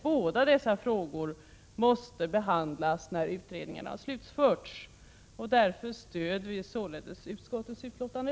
Båda dessa frågor måste behandlas när utredningarna har slutförts, och därför stöder vi således utskottets betänkande.